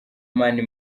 mani